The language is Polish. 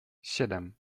siedem